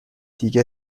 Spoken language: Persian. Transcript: دیگه